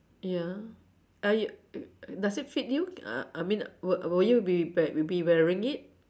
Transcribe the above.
ya uh y~ does it fit you uh I mean wou~ would you be wea~ be wearing it